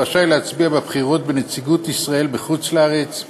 רשאי להצביע בבחירות בנציגות ישראל בחוץ-לארץ,